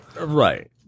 Right